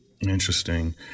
Interesting